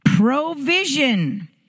provision